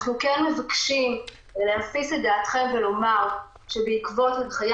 אנחנו כן מבקשים להפיס את דעתכם ולומר שבעקבות הנחיה